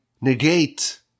negate